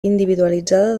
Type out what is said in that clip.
individualitzada